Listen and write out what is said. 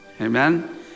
Amen